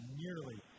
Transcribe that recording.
nearly